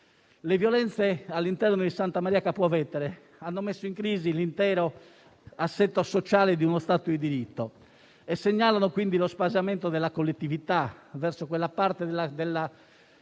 Le violenze all'interno del carcere di Santa Maria Capua Vetere hanno messo in crisi l'intero assetto sociale di uno Stato di diritto e segnalano lo sfasamento della collettività verso quella parte della